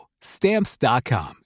Stamps.com